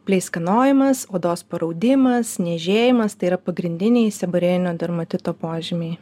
pleiskanojimas odos paraudimas niežėjimas tai yra pagrindiniai seborėjinio dermatito požymiai